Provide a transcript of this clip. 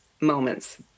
moments